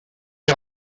est